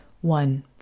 One